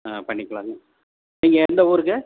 ஆ பண்ணிக்கலாங்க நீங்கள் எந்த ஊருங்க